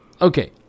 Okay